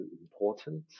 important